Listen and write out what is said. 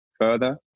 further